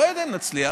לא יודע אם נצליח,